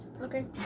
Okay